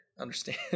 understand